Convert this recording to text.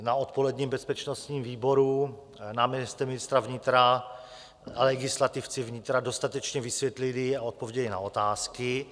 Na odpoledním bezpečnostním výboru náměstek ministra vnitra a legislativci vnitra dostatečně vysvětlili a odpověděli na otázky.